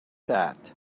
that